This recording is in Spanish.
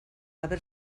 haber